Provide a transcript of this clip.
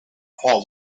paul